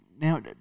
now